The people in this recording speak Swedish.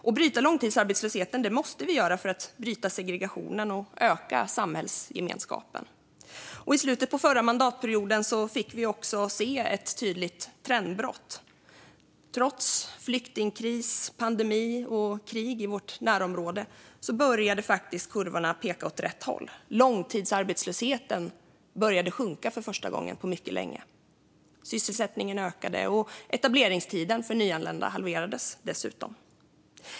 Att bryta långtidsarbetslösheten är något vi måste göra för att bryta segregationen och öka samhällsgemenskapen. I slutet av förra mandatperioden fick vi också se ett tydligt trendbrott. Trots flyktingkris, pandemi och krig i vårt närområde började faktiskt kurvorna peka åt rätt håll. Långtidsarbetslösheten började sjunka för första gången på mycket länge. Sysselsättningen ökade, och etableringstiden för nyanlända halverades dessutom.